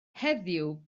heddiw